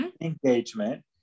engagement